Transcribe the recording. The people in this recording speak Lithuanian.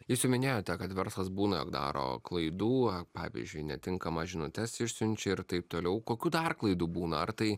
jūs jau minėjote kad verslas būna jog daro klaidų pavyzdžiui netinkamas žinutes išsiunčia ir taip toliau kokių dar klaidų būna ar tai